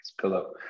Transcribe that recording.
pillow